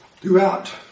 throughout